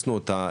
כינסתי אותה,